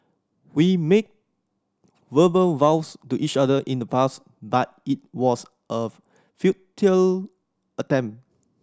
we made verbal vows to each other in the past but it was a futile attempt